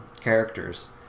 characters